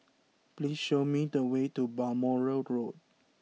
please show me the way to Balmoral Road